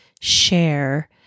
share